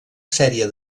sèrie